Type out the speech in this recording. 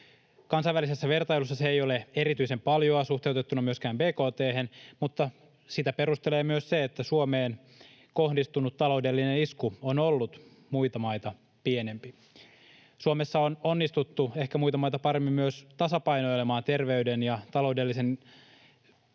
Kansainvälisessä vertailussa se ei ole erityisen paljoa myöskään suhteutettuna bkt:hen, mutta sitä perustelee myös se, että Suomeen kohdistunut taloudellinen isku on ollut muita maita pienempi. Suomessa on onnistuttu ehkä muita maita paremmin myös tasapainoilemaan terveyden ja taloudellisen avaamisen